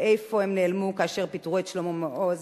לאיפה הם נעלמו כאשר פיטרו את שלמה מעוז?